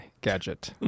gadget